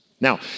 Now